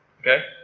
Okay